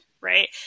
right